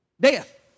Death